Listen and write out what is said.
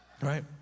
Right